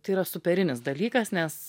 tai yra superinis dalykas nes